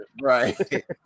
Right